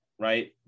right